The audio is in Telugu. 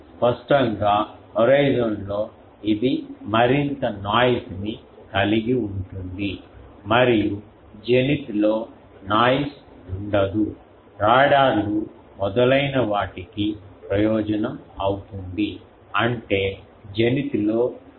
స్పష్టంగా హోరిజోన్లో ఇది మరింత నాయిస్ ని కలిగి ఉంటుంది మరియు జెనిత్ లో నాయిస్ e ఉండదు రాడార్లు మొదలైన వాటికి ప్రయోజనం అవుతుంది అంటే జెనిత్ లో ప్రయోజనం ఉంటుంది